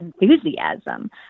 enthusiasm